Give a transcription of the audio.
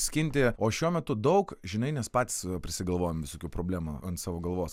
skinti o šiuo metu daug žinai nes patys prisigalvojam visokių problemų ant savo galvos